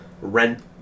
rent